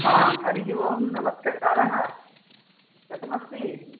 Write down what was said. आ हरिः ओं नमस्कारः कथम् अस्ति